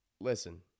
Listen